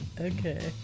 Okay